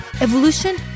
evolution